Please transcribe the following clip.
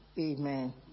Amen